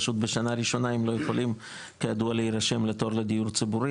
פשוט בשנה ראשונה הם לא יכולים כידוע להירשם לתור לדיור ציבורי,